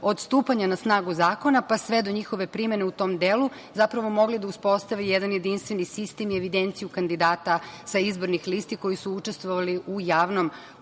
od stupanja na snagu zakona pa sve do njihove primene u tom delu zapravo mogli da uspostave jedan jedinstveni sistem i evidenciju kandidata sa izbornih listi koji su učestvovali u javnom konkursu